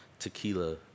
Tequila